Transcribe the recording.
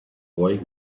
boy